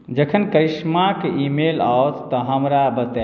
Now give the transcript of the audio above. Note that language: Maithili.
जखन करिश्माक ईमेल आओत तँ हमरा बताएब